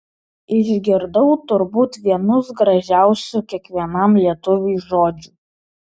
išgirdau turbūt vienus gražiausių kiekvienam lietuviui žodžių